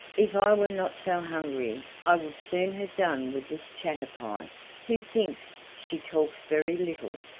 if i were not so hungry i would soon have done with this chatterpie who thinks she talks very little!